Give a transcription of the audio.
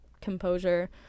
composure